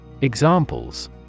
Examples